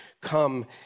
come